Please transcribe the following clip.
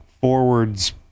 forwards